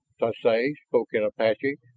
tsoay spoke in apache,